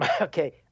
okay